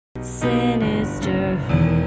Sinister